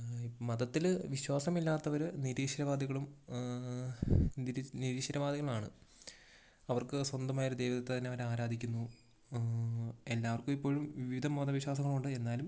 മതത്തില് വിശ്വാസമില്ലാത്തവര് നിരീശ്വരവാദികൾ നിരി നിരീശ്വര വാദികളാണ് അവർക്ക് സ്വന്തമായൊരു ദൈവത്തെ തന്നെ അവർ ആരാധിക്കുന്നു എല്ലാവർക്കും ഇപ്പൊഴും വിവിധ മത വിശ്വാസങ്ങളുണ്ട് എന്നാലും